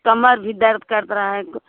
कमर भी दर्द कर रही है कुछ